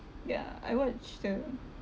ya I watch the